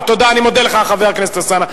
מי הורג פלסטינים?